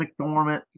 McDormand